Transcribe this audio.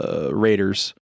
Raiders